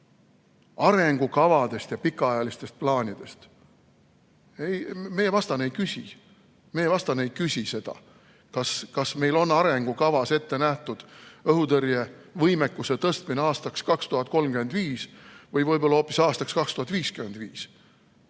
arengukavadest ja pikaajalistest plaanidest. Meie vastane ei küsi seda, kas meil on arengukavas ette nähtud õhutõrjevõimekuse tõstmine aastaks 2035 või hoopis aastaks 2055.